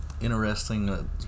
interesting